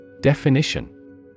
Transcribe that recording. Definition